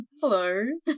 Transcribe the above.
hello